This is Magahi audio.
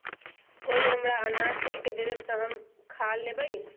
कोई हमरा अनार छील के दे दे, तो हम खा लेबऊ